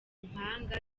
mpanga